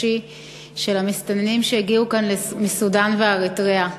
חופשי של המסתננים שהגיעו לכאן מסודאן ואריתריאה.